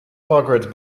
margaret